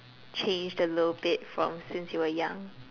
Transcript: changed a little bit from since you were young